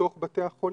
לתוך בתי החולים.